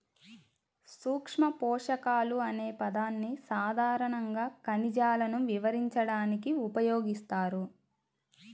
సూక్ష్మపోషకాలు అనే పదాన్ని సాధారణంగా ఖనిజాలను వివరించడానికి ఉపయోగిస్తారు